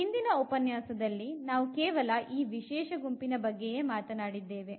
ಇಂದಿನ ಉಪನ್ಯಾಸದಲ್ಲಿ ನಾವು ಕೇವಲ ಈ ವಿಶೇಷ ಗುಂಪಿನ ಬಗ್ಗೆಯೇ ಮಾತನಾಡಿದ್ದೇವೆ